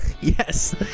Yes